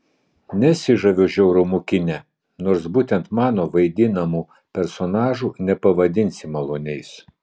nesižaviu žiaurumu kine nors būtent mano vaidinamų personažų nepavadinsi maloniais